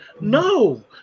No